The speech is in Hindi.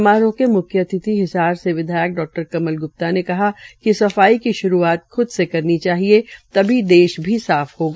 समारोह के म्ख्य अतिथि हिसार से विधायक डा कमल ग्प्ता ने कहा कि सफाई की श्रूआत ख्द से करनी चाहिए तभी देश भी साफ होगा